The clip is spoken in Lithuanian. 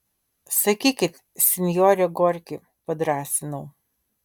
sakykit sinjore gorki padrąsinau